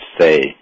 say